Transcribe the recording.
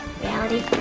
reality